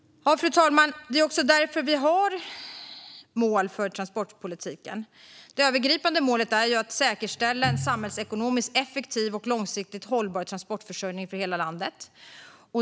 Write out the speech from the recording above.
Fru talman! Det är också därför vi har mål för transportpolitiken. Det övergripande målet är att säkerställa en samhällsekonomiskt effektiv och långsiktigt hållbar transportförsörjning för hela landet.